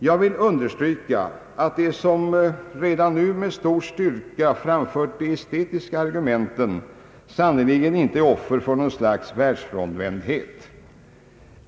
Jag vill understryka, att de som redan nu med stor kraft framfört de estetiska argumenten sannerligen inte är offer för någon slags världsfrånvändhet.